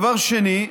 דבר שני: